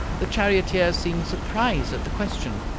the charioteer seemed surprised at the question.